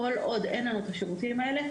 כל עוד אין לנו את השירותים האלה,